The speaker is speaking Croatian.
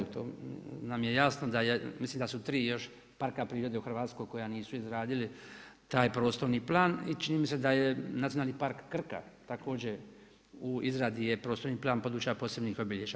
To nam je jasno da je, mislim da su tri još parka prirode u Hrvatskoj koja nisu izradili taj prostorni plan i čini mi se da je Nacionalni park Krka također u izradi je prostorni plan područja posebnih obilježja.